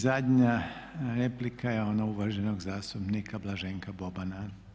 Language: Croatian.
I zadnja replika je ona uvaženog zastupnika Blaženka Bobana.